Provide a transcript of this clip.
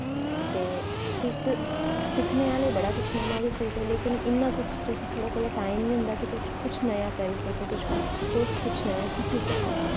ते तुस सिक्खने आह्ले बड़ा कुछ नमां बी सिखदे लेकिन इन्ना कुछ थुआढ़े कोल टाईम नी होंदा कि तुस कुछ नया करी सको तुस कुछ नया सिक्खी सको